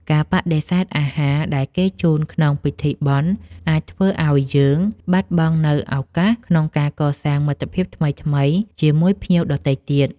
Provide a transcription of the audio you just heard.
ការបដិសេធអាហារដែលគេជូនក្នុងពិធីបុណ្យអាចធ្វើឱ្យយើងបាត់បង់នូវឱកាសក្នុងការកសាងមិត្តភាពថ្មីៗជាមួយភ្ញៀវដទៃទៀត។